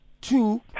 Two